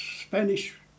Spanish